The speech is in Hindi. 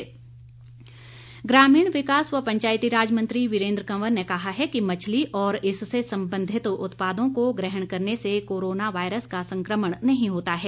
वीरेन्द्र कंवर ग्रामीण विकास व पंचायतीराज मंत्री वीरेन्द्र कंवर ने कहा है कि मछली और इससे संबंधित उत्पादों को ग्रहण करने से कोरोना वायरस का संक्रमण नहीं होता है